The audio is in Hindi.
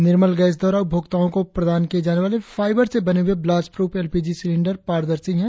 निर्मल गैस द्वारा उपभोक्ताओं को प्रदान किए जाने वाले फाइवर से बने हुए ब्लास्ट प्रुफ एलपीजी सिलिंडर पारदर्शी है